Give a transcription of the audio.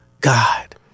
God